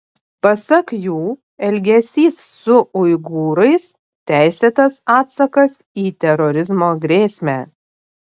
pasak jų elgesys su uigūrais teisėtas atsakas į terorizmo grėsmę